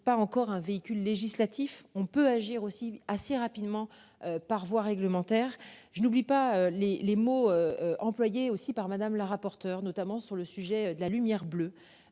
ne nécessite pas encore un véhicule législatif on peut agir aussi assez rapidement par voie réglementaire, je n'oublie pas les, les mots employés aussi par Madame la rapporteure notamment sur le sujet de la lumière bleue.